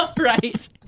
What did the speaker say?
Right